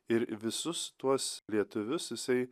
ir visus tuos lietuvius jisai